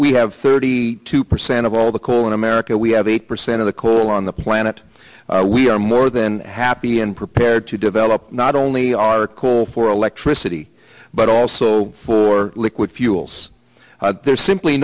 we have thirty two percent of all the coal in america we have eight percent of the coal on the planet we are more than happy and prepared to develop not only our coal for electricity but also for liquid fuels there's simply